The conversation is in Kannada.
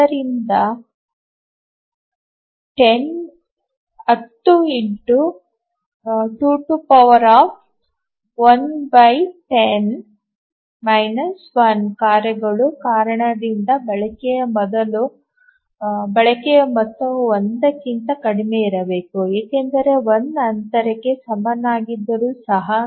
ಆದ್ದರಿಂದ 10ಕಾರ್ಯಗಳ ಕಾರಣದಿಂದಾಗಿ ಬಳಕೆಯ ಮೊತ್ತವು 1 ಕ್ಕಿಂತ ಕಡಿಮೆಯಿರಬೇಕು ಏಕೆಂದರೆ n ಅನಂತಕ್ಕೆ ಸಮನಾಗಿದ್ದರೂ ಸಹ